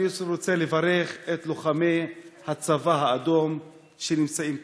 אני רוצה לברך את לוחמי הצבא האדום שנמצאים כאן.